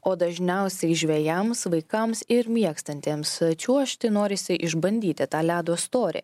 o dažniausiai žvejams vaikams ir mėgstantiems čiuožti norisi išbandyti tą ledo storį